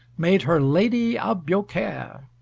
made her lady of biaucaire.